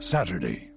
Saturday